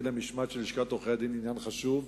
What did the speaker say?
למשמעת של לשכת עורכי-הדין היא עניין חשוב,